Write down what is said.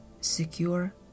secure